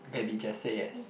baby just say yes